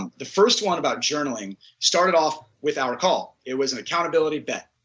and the first one about journaling started off with our call. it was an accountability bet,